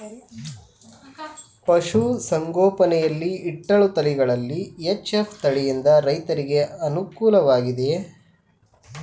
ಪಶು ಸಂಗೋಪನೆ ಯಲ್ಲಿ ಇಟ್ಟಳು ತಳಿಗಳಲ್ಲಿ ಎಚ್.ಎಫ್ ತಳಿ ಯಿಂದ ರೈತರಿಗೆ ಅನುಕೂಲ ವಾಗಿದೆಯೇ?